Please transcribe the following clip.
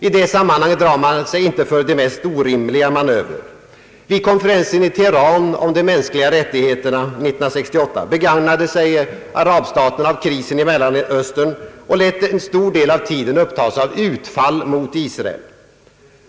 I det sammanhanget drar man sig inte för de mest orimliga manövrer, Vid konferensen i Teheran år 1968 om de mänskliga rättigheterna begagnade sig arabstaterna av krisen i Mellanöstern och lät en stor del av tiden upptas av utfall mot Israel.